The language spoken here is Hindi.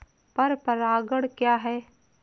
पर परागण क्या है?